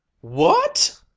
What